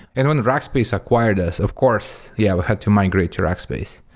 and when rackspace acquired us, of course, yeah, we had to migrate to rackspace.